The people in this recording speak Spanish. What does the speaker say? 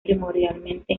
primordialmente